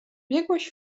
biegłość